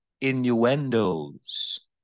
innuendos